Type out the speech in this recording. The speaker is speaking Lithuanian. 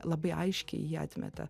labai aiškiai jį atmetė